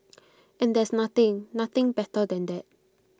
and there's nothing nothing better than that